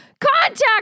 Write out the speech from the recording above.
contact